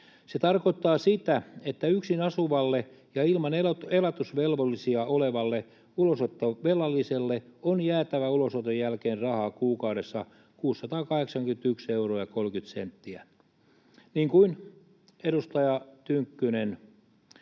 Se tarkoittaa sitä, että yksin asuvalle ja ilman elatusvelvollisia olevalle ulosottovelalliselle on jäätävä ulosoton jälkeen rahaa kuukaudessa 681 euroa ja 30 senttiä, niin kuin edustaja Tynkkynen